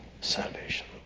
salvation